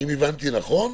האם הבנתי נכון?